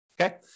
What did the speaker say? Okay